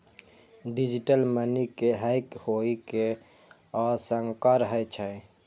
digital money के hack होइ के आशंका रहै छै